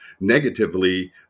negatively